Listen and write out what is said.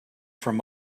from